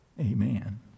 amen